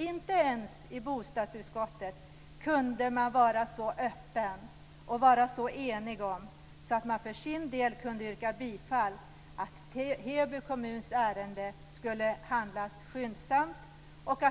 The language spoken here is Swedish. Inte ens i bostadsutskottet kunde man vara så öppen och enig att man kunde yrka bifall till att Heby kommuns ärende skulle behandlas skyndsamt och